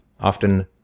often